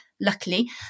luckily